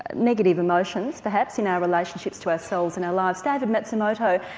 ah negative emotions perhaps in our relationships to ourselves and our lives. david matsumoto,